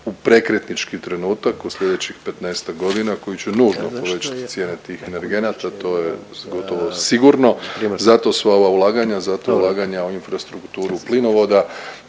u prekretnički trenutak u slijedećih 15-ak godina koji će nužno povećati cijene tih energenata to je gotovo sigurno. Zato su ova ulaganja, zato ulaganja u infrastrukturu plinovoda